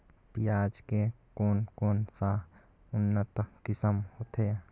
पियाज के कोन कोन सा उन्नत किसम होथे?